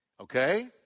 okay